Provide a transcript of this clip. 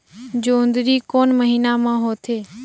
जोंदरी कोन महीना म होथे?